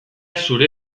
zure